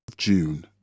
June